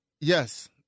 Yes